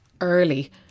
early